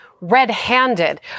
red-handed